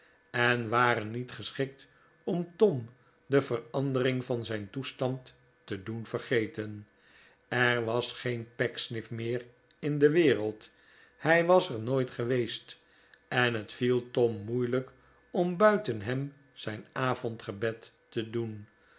en waren niet geschikt om tom de verandering van zijn toestand te doen vergeten er was geen pecksniff meer in de wereld hij was er nooit geweest en het viel tom moeilijk om buiten hem zijn avondgebed te doen